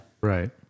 Right